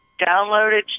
downloaded